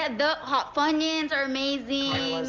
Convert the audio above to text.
and the hot funyuns are amazing.